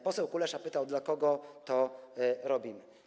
Poseł Kulesza pytał, dla kogo to robimy.